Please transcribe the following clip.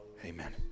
Amen